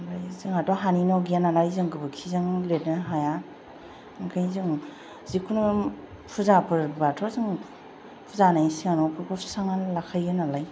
आमफ्राय जोंहाथ हानि न' गैया नालाय गोबोरखि जों लिरनो हाया ओंखायनो जों जिखुनु फुजाफोरब्लाथ' जों जानायनि सिगां न'फोरखौ सुस्रांनानै लाखायो नालाय